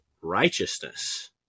righteousness